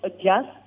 adjust